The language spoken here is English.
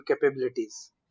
capabilities